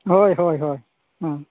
ᱦᱳᱭ ᱦᱳᱭ ᱦᱳᱭ ᱦᱮᱸ